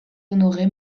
honoré